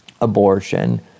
abortion